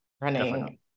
running